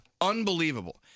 Unbelievable